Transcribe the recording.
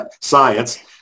science